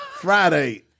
Friday